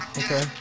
okay